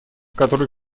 который